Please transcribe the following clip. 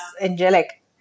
angelic